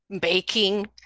baking